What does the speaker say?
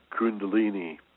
kundalini